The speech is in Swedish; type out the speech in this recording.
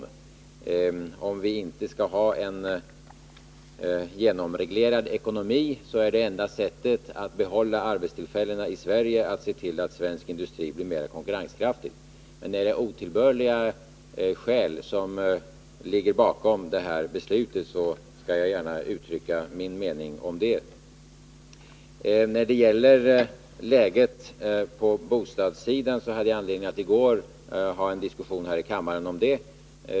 Skall vi inte ha en genomreglerad ekonomi, är det enda sättet att behålla arbetstillfällena i Sverige att se till, att svensk industri blir mera konkurrenskraftig. Men är det otillbörliga skäl som ligger bakom det här beslutet, så skall jag gärna uttrycka min mening om det. Läget på bostadssidan hade jag anledning att i går ha en diskussion om här i kammaren.